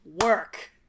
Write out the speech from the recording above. work